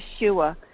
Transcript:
Yeshua